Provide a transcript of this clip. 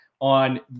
on